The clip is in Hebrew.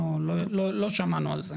אנחנו לא שמענו על זה.